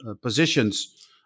positions